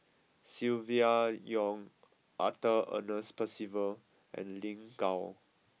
Silvia Yong Arthur Ernest Percival and Lin Gao